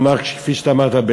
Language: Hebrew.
כפי שאתה אמרת,